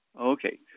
Okay